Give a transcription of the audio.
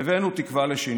תודה רבה לך.